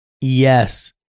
Yes